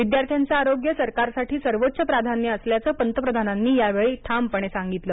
विद्यार्थ्यांचं आरोग्य सरकारसाठी सर्वोच्च प्राधान्य असल्याचं पंतप्रधानांनी यावेळी ठामपणे सांगितले